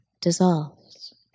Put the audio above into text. dissolves